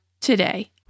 today